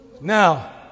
Now